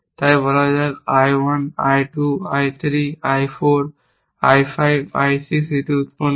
তাই বলা যাক I 1 I 2 I 3 I 3 I 4 I 5 I 6 এটি উৎপন্ন করে